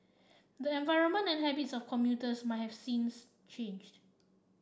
the environment and habits of commuters might have since changed